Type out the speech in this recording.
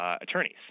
attorneys